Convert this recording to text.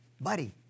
buddy